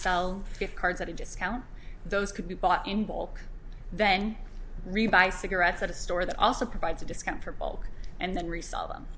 sell gift cards at a discount those could be bought in bulk then rebuy cigarettes at a store that also provides a discount for bulk and then resell them